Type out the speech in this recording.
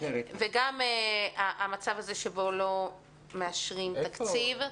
וגם המצב שלא מאשרים תקציב.